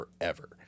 forever